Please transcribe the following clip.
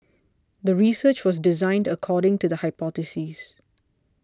the research was designed according to the hypothesis